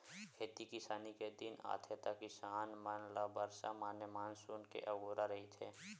खेती किसानी के दिन ह आथे त किसान मन ल बरसा माने मानसून के अगोरा रहिथे